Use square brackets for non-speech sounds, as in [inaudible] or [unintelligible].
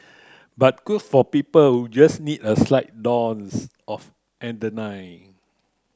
but good for people who just need a [noise] slight dose of [unintelligible]